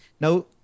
Now